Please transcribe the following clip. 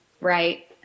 Right